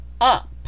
up